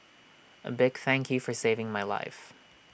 A big thank you for saving my life